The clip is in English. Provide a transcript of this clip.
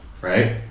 right